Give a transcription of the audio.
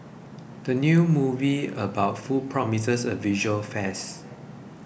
the new movie about food promises a visual feast